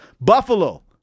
Buffalo